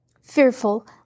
fearful